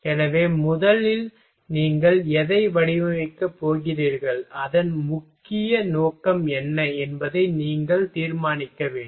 எனவே முதலில் நீங்கள் எதை வடிவமைக்கப் போகிறீர்கள் அதன் முக்கிய நோக்கம் என்ன என்பதை நீங்கள் தீர்மானிக்க வேண்டும்